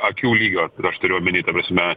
akių lygio ir aš turiu omeny ta prasme